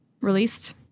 released